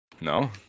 no